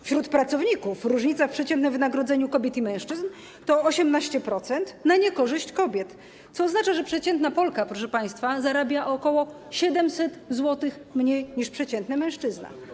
Jeśli chodzi o pracowników, różnica w przeciętnym wynagrodzeniu kobiet i mężczyzn to 18% na niekorzyść kobiet, co oznacza, że przeciętna Polka, proszę państwa, zarabia o ok. 700 zł mniej niż przeciętny mężczyzna.